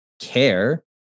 care